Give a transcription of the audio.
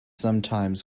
sometimes